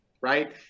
Right